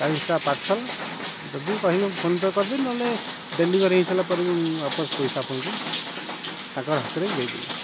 ଚାଳିଶିଟା parcel ଯଦି କହିବେ PhonePe କରିଦେବି ନହେଲେ ଡେଲିଭରି ହେଇ ସାରିଲାପରେ ବି ୱାପସ୍ ପଇସା ଆପଣଙ୍କୁ ତାଙ୍କ ହାତରେ ଦେଇଦେବି